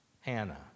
Hannah